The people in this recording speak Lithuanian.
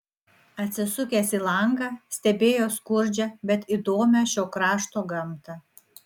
atsisukęs į langą stebėjo skurdžią bet įdomią šio krašto gamtą